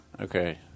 Okay